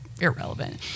irrelevant